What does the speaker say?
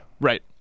Right